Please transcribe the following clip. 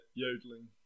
yodeling